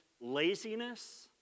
laziness